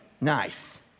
nice